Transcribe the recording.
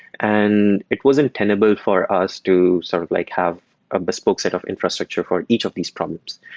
and it wasn't tenable for us to sort of like have a bespoke set of infrastructure for each of these problems.